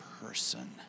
person